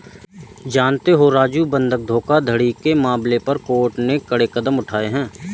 जानते हो राजू बंधक धोखाधड़ी के मसले पर कोर्ट ने कड़े कदम उठाए हैं